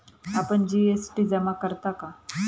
आपण जी.एस.टी जमा करता का?